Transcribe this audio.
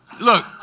look